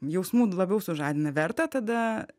jausmų labiau sužadina verta tada